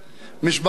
משפחתי,